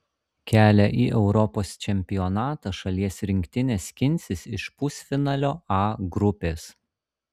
kelią į europos čempionatą šalies rinktinė skinsis iš pusfinalio a grupės